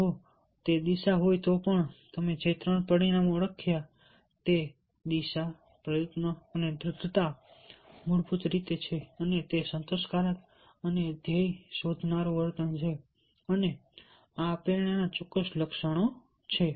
જો તે દિશા હોય તો પણ તમે જે ત્રણ પરિમાણો ઓળખ્યા છે તે દિશા પ્રયત્ન અને દ્રઢતા મૂળભૂત રીતે છે અને તે સંતોષકારક અને ધ્યેય શોધનારું વર્તન છે અને આ પ્રેરણાના ચોક્કસ લક્ષણો છે